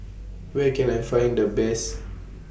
Where Can I Find The Best